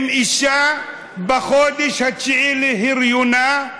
גם אישה בחודש התשיעי להריונה,